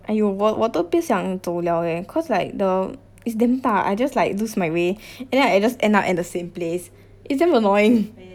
!aiyo! 我我都不想走 liao eh cause like the it's damn 大 I just like lose my way and then I just end up at the same place it's damn annoying